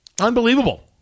Unbelievable